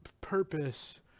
purpose